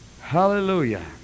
hallelujah